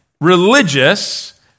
religious